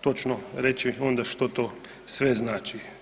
točno reći onda što to sve znači.